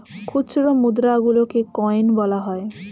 খুচরো মুদ্রা গুলোকে কয়েন বলা হয়